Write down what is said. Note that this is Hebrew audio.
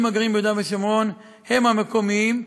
הגרים ביהודה ושומרון הם המקומיים.